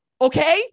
okay